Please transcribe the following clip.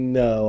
no